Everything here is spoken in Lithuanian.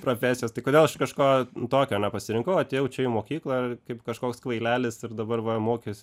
profesijos tai kodėl aš kažko tokio nepasirinkau atėjau čia į mokyklą kaip kažkoks kvailelis ir dabar va mokys